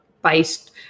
based